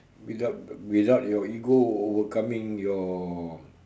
without without your ego overcoming your